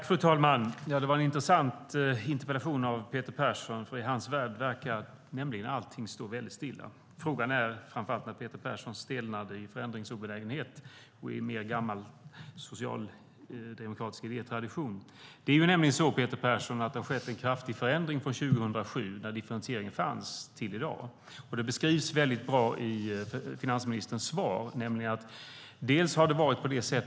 Fru talman! Det var en intressant interpellation av Peter Persson. I hans värld verkar allting stå väldigt stilla. Frågan är framför allt när Peter Persson stelnade i förändringsobenägenhet och i gammal socialdemokratisk idétradition. Det är nämligen så, Peter Persson, att det har skett en kraftig förändring från 2007, när differentieringen fanns, till i dag. Det beskrivs väldigt bra i finansministerns svar.